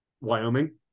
Wyoming